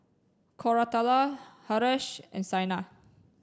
Koratala Haresh and Saina